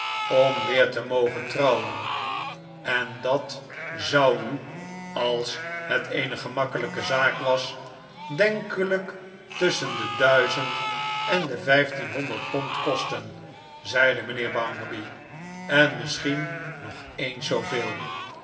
om weer te mogen trouwen en dat zou u als het eene heel gemakkelijke zaak was denkelijk tusschen de duizend en de vijftienhonderd pond kosten zeide mijnheer bounderby en misschien nog eens zooveel